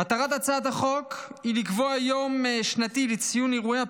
מטרת הצעת החוק היא לקבוע יום שנתי לציון אירועי